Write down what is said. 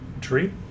Tree